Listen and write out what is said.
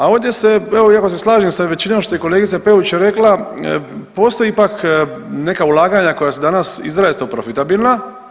A ovdje se, evo iako se slažem sa većinom što je kolegica Peović rekla postoji ipak neka ulaganja koja su danas izrazito profitabilna.